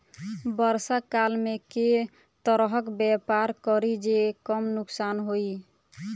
वर्षा काल मे केँ तरहक व्यापार करि जे कम नुकसान होइ?